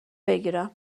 بگیرم